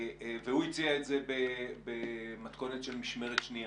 והוא הציע את זה במתכונת של משמרת שנייה.